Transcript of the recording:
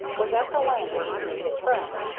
was at the landing to meet his friend,